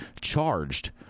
charged